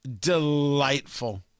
delightful